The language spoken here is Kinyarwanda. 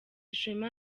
ishema